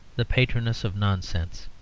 the patroness of nonsense.